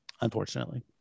unfortunately